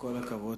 כל הכבוד.